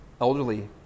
elderly